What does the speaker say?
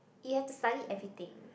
you have to study everything